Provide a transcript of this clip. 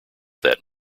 that